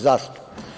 Zašto?